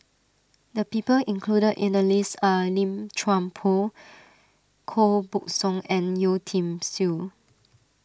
the people included in the list are Lim Chuan Poh Koh Buck Song and Yeo Tiam Siew